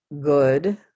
good